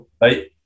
right